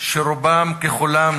שרובם ככולם